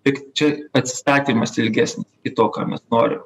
tik čia atsistatymas ilgesnis į to ką mes norim